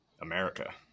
america